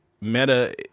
Meta